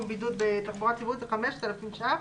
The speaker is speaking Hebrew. בידוד בתחבורה ציבורית זה 5,000 ש"ח.